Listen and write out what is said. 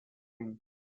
room